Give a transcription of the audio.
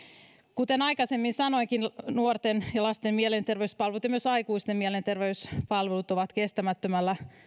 kuten aikaisemmin sanoinkin nuorten ja lasten mielenterveyspalvelut ja myös aikuisten mielenterveyspalvelut ovat kestämättömällä